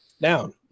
down